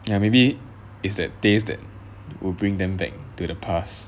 ya maybe is that taste that will bring them back to the past